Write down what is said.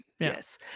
Yes